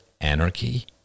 anarchy